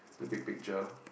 the big picture